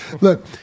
Look